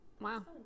wow